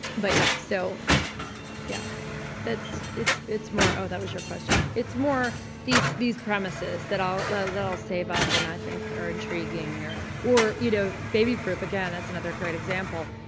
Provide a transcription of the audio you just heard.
but yeah so yeah its its more oh that was your question, it's more these these premises that i'll like that i'll save up and i think are intriguing or or you know babyproof again that's another great example,